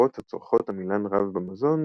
בחברות הצורכות עמילן רב במזון,